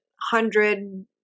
hundred